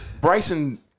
Bryson